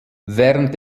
während